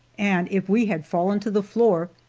and if we had fallen to the floor,